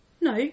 No